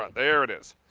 um there it is.